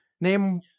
Name